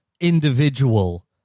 individual